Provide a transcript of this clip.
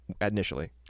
initially